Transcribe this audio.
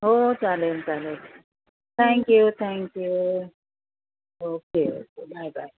हो चालेल चालेल thank you thank you okay okay bye bye